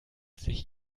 sich